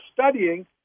studying